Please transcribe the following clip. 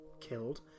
killed